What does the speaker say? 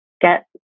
get